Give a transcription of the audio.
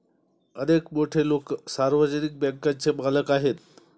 अनेक मोठे लोकं सार्वजनिक बँकांचे मालक आहेत